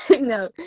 no